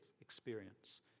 experience